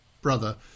brother